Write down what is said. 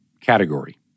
category